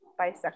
bisexual